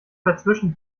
dazwischen